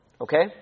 okay